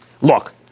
Look